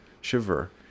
shiver